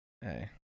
Hey